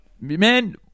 man